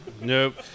nope